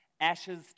Ashes